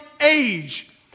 age